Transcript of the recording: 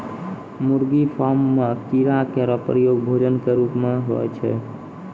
मुर्गी फार्म म कीड़ा केरो प्रयोग भोजन क रूप म होय छै